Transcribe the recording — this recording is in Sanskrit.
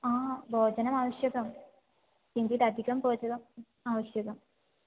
आ भोजनमावश्यकं किञ्चित् अधिकं भोजनम् आवश्यकम्